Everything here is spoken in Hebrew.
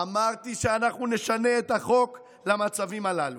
אמרתי שאנחנו נשנה את החוק למצבים הללו.